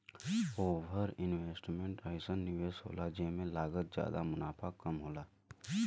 over investment अइसन निवेस होला जेमे लागत जादा मुनाफ़ा कम होला